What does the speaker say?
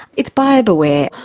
it's buyer beware.